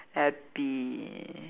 happy